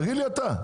תגיד לי אתה.